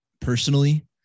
personally